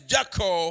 Jacko